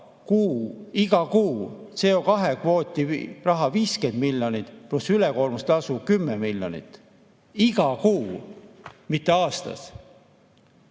iga kuu CO2-kvoodi raha 50 miljonit, pluss ülekoormustasu 10 miljonit. Iga kuu, mitte aastas.